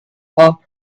off